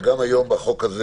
וגם היום בחוק הזה